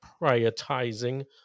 prioritizing